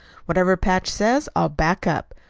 whatever patch says i'll back up.